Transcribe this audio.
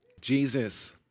Jesus